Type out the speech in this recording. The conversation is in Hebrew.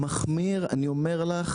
מחמיר, אני אומר לך